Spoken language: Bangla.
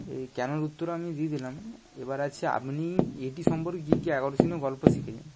এই কেনর উত্তরও আমি দিয়ে দিলাম এবার আছি আপনি এটি সম্পর্কে কী কী আকর্ষণীয় গল্প শিখেছেন